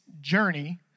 journey